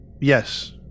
Yes